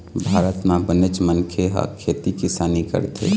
भारत म बनेच मनखे ह खेती किसानी करथे